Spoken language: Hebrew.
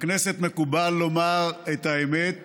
בכנסת מקובל לומר את האמת